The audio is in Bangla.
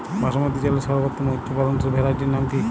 বাসমতী চালের সর্বোত্তম উচ্চ ফলনশীল ভ্যারাইটির নাম কি?